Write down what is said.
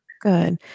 Good